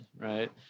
right